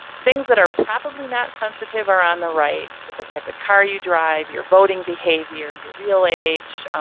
things that are probably not sensitive are on the right. the type of car you drive, your voting behavior, your real age,